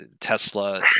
Tesla